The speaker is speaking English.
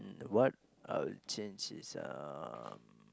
what I'll change is um